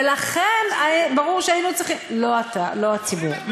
ולכן ברור שהיינו צריכים, לא אתה, לא הציבור.